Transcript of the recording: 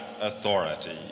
authority